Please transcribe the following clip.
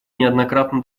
неоднократно